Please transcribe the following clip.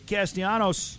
Castellanos